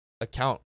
account